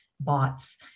bots